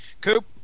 Coop